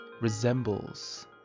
Resembles